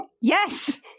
Yes